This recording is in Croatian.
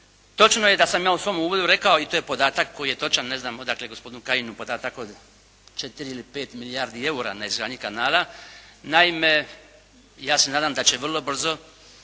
točno je da sam ja u svom uvodu rekao, i to je podatak koji je točan, ne znam, odakle gospodinu Kajinu podatak od 4 ili 5 milijardi eura …/Govornik se ne razumije./… kanala. Naime, ja se nadam da će vrlo brzo